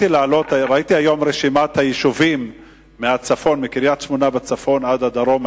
ראיתי היום את רשימת היישובים מקריית-שמונה בצפון עד הדרום,